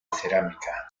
cerámica